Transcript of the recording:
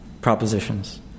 propositions